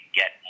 get